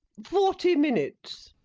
forty minutes.